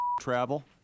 Travel